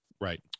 Right